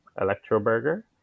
Electro-Burger